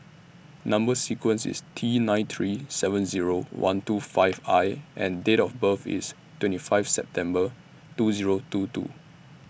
Number sequence IS T nine three seven Zero one two five I and Date of birth IS twenty five September two Zero two two